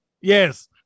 yes